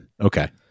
Okay